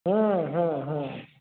हूँ हूँ हूँ